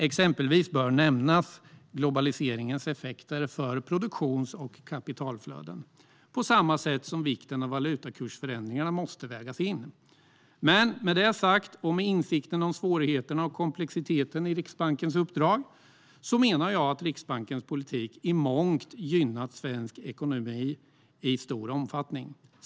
Exempelvis bör nämnas globaliseringens effekter för produktions och kapitalflöden, på samma sätt som vikten av valutakursförändringarna måste vägas in. Med det sagt, och med insikt om svårigheterna och komplexiteten i Riksbankens uppdrag, menar jag dock att Riksbankens politik i mångt gynnat svensk ekonomi i stor omfattning.